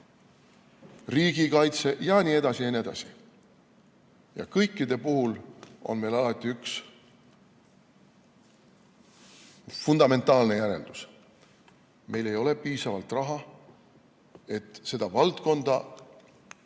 Riigikaitse ja nii edasi. Kõikide puhul on meil alati üks fundamentaalne järeldus: meil ei ole piisavalt raha, et seda valdkonda